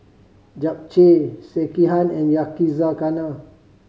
Japchae Sekihan and Yakizakana